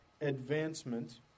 advancement